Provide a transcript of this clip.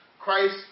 Christ